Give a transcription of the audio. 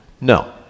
No